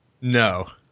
No